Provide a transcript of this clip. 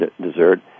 dessert